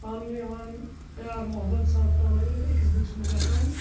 پانہٕ ؤنۍ یِوان پیار محبت سان پانے أکِس بیٚکہِ سُنٛد گژھان